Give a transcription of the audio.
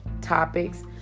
topics